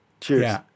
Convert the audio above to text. cheers